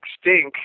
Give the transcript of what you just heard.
stink